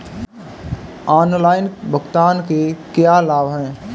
Online भुगतान के क्या लाभ हैं?